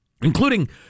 Including